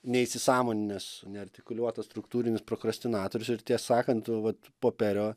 neįsisąmoninęs neartikuliuotas struktūrinis prokrastinatorius ir tie sakant vat po perio